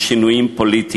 הצעת החוק מתמקדת